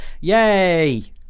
Yay